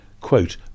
quote